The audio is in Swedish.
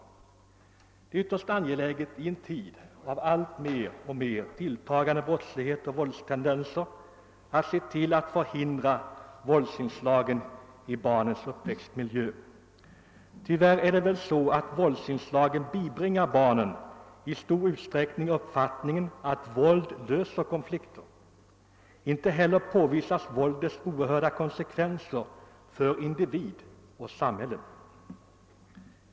Det är ytterst angeläget i en tid av alltmer = tilltagande brottslighet och våldstendenser att se till att våldsinslagen i barnens uppväxtmiljö förhindras. Tyvärr är det så att våldsinslagen i stor utsträckning torde bibringa barnen uppfattningen att våld löser konflikter. Inte heller påvisas våldets oerhörda konsekvenser för individ och samhälle.